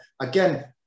again